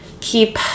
keep